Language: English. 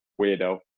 weirdo